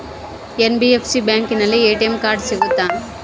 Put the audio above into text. NBFC ಬ್ಯಾಂಕಿನಲ್ಲಿ ATM card ಸಿಗುತ್ತಾ?